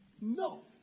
no